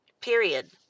period